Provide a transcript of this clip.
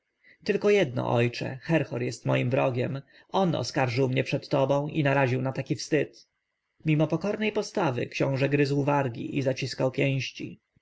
tylko jedno ojcze herhor jest moim wrogiem on oskarżył mnie przed tobą i naraził na taki wstyd mimo pokornej postawy książę gryzł wargi i zaciskał pięści